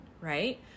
right